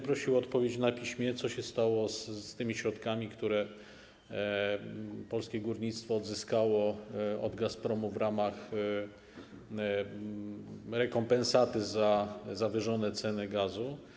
Prosiłbym o odpowiedź na piśmie, co się stało z tymi środkami, które polskie górnictwo odzyskało od Gazpromu w ramach rekompensaty za zawyżone ceny gazu.